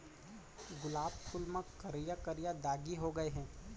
गुलाब फूल म करिया करिया दागी हो गय हे